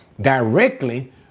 directly